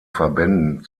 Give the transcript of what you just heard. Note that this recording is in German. verbänden